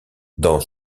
dans